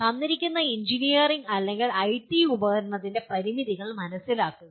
തന്നിരിക്കുന്ന എഞ്ചിനീയറിംഗ് അല്ലെങ്കിൽ ഐടി ഉപകരണത്തിന്റെ പരിമിതികൾ മനസ്സിലാക്കുക